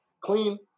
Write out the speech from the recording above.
Clean